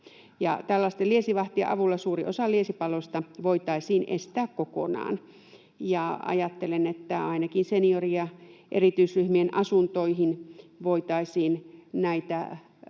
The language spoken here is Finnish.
Tällaisten liesivahtien avulla suuri osa liesipaloista voitaisiin estää kokonaan. Ajattelen, että ainakin seniori- ja erityisryhmien asuntoihin näitä pieniä laitteita